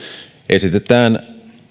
esitetään